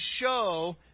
show